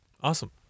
awesome